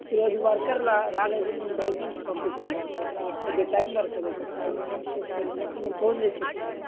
ఈ రోజు వర్కర్ రాలేదు నేను బయట నుంచి పంపిస్తాను వర్కర్ని కొద్దిగ టైమ్ పడుతుంది ఒక ఫైవ్ మినిట్స్ టెన్ మినిట్స్ మేము ఫోన్ చేసి చెపుతాం అండి